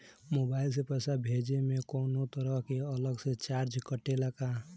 Mobile से पैसा भेजे मे कौनों तरह के अलग से चार्ज कटेला का?